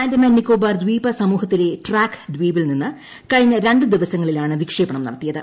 ആൻഡമാൻ നിക്കോബാർ ദ്വീപസമൂഹത്തിലെ ട്രാക്ക് ദ്വീപിൽ നിന്ന് കഴിഞ്ഞ രണ്ടു ദിവസങ്ങളിലാണ് വിക്ഷേപണം നടത്തിയത്